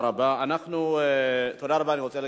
אכן, בעד, 11,